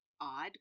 odd